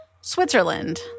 Switzerland